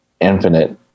infinite